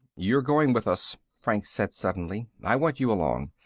you're going with us, franks said suddenly. i want you along.